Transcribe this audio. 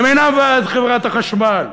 הם אינם ועד עובדי חברת החשמל.